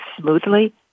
smoothly